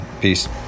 peace